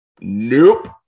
Nope